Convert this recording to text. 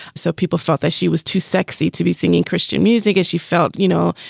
so people thought that she was too sexy to be singing christian music as she felt. you know,